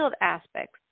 aspects